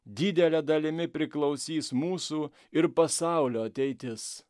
didele dalimi priklausys mūsų ir pasaulio ateitis